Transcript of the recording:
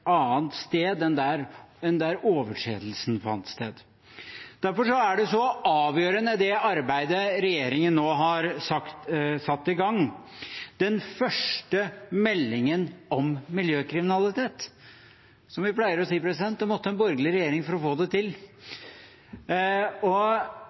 annet sted enn der overtredelsen fant sted. Derfor er det arbeidet regjeringen nå har satt i gang, så avgjørende – den første meldingen om miljøkriminalitet. Som vi pleier å si: Det måtte en borgerlig regjering for å få det til!